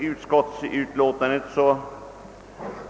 Herr talman!